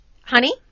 Honey